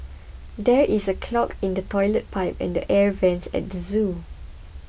there is a clog in the Toilet Pipe and the Air Vents at the zoo